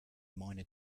minor